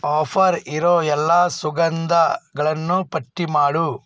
offer ಇರೋ ಎಲ್ಲಾ ಸುಗಂಧಗಳನ್ನೂ ಪಟ್ಟಿ ಮಾಡು